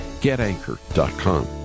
GetAnchor.com